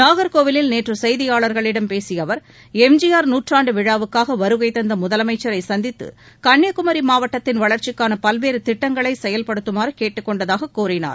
நாகர்கோயிலில் நேற்றுசெய்தியாளர்களிடம் பேசியஅவர் எம்ஜிஆர் நூற்றாண்டுவிழாவுக்காகவருகைதந்தமுதலமைச்சரைசந்தித்துகன்னியாகுமரிமாவட்டத்தின் வளர்ச்சிக்கானபல்வேறுதிட்டங்களைசெயல்படுத்துமாறுகேட்டுக் கொண்டதாககூறினார்